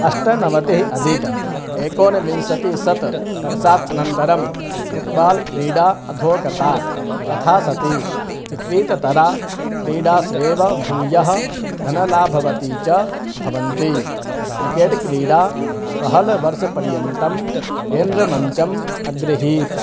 अष्टनवतिः अधिक एकोनविंशति षट् वर्सषात् अनन्तरं फुट्बाल् क्रीडा अधोगता तथा सति विक्रीततरा क्रीडास्वेव भूयः धनलाभवती च भवन्ति क्रिकेट् क्रीडा बहल् वर्षपर्यन्तं केन्द्रमञ्चम् अग्रिहीत्